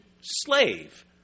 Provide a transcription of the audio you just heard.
slave